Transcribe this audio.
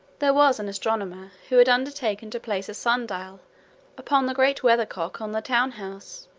there was an astronomer, who had undertaken to place a sun-dial upon the great weathercock on the town-house,